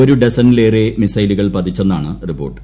ഒരു ഡസനിലേറെ മിസൈലുകൾ പതിച്ചെന്നാണ് റിപ്പോർട്ട്